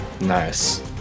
nice